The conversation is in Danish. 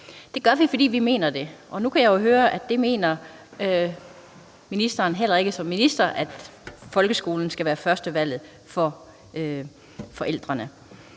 Det gør vi, fordi vi mener det. Nu kan jeg høre, at ministeren heller ikke som minister mener, at folkeskolen skal være førstevalget for forældrene.